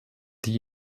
die